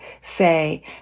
say